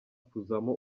kuzamo